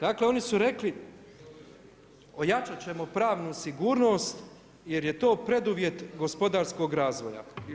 Dakle, oni su rekli ojačat ćemo pravnu sigurnost jer je to preduvjet gospodarskog razvoja.